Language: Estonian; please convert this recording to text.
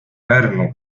pärnu